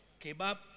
kebab